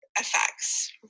effects